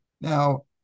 Now